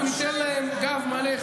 ואנחנו ניתן להם גב מלא.